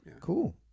Cool